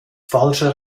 falscher